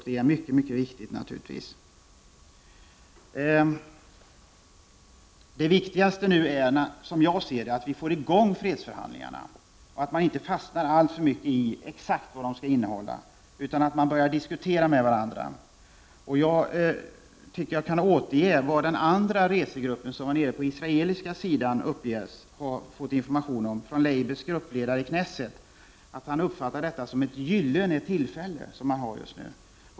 Det är naturligtvis mycket viktigt att vi får fred snarast. Det viktigaste är nu, som jag ser det, att vi får i gång fredsförhandlingarna och att man inte fastnar alltför mycket i frågor om vad de exakt skall innehålla. Man måste börja diskutera med varandra. Jag tycker att jag kan återge vad den grupp som var på den israeliska sidan fick höra från labours gruppledare i knesset. Han sade att han uppfattar det som att man har ett gyllene tillfälle just nu.